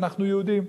אנחנו יהודים.